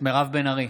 מירב בן ארי,